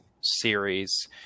series